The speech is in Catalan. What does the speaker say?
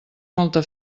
molta